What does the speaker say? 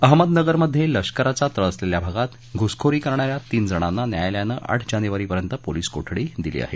अहमदमध्ये लष्कराचा तळ असलेल्या भागात घुसघोरी करणाऱ्या तीन जणांना न्यायालयानं आठ जानेवारीपर्यंत पोलिस कोठडी दिली आहे